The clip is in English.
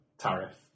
tariff